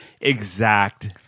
exact